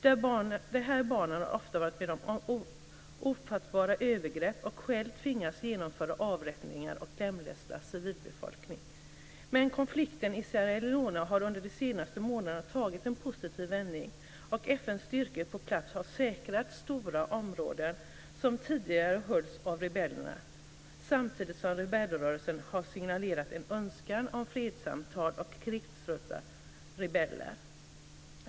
De här barnen har ofta varit med om ofattbara övergrepp och själva tvingats genomföra avrättningar och lemlästa civilbefolkning. Konflikten i Sierra Leone har dock den senaste månaden tagit en positiv vändning, och FN:s styrkor på plats har säkrat stora områden som tidigare hölls av rebellerna. Samtidigt har rebellrörelsen signalerat en önskan om fredssamtal med krigströtta rebeller.